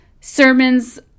sermons